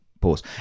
pause